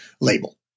label